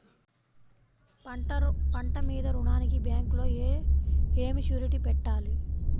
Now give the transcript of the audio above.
పంట మీద రుణానికి బ్యాంకులో ఏమి షూరిటీ పెట్టాలి?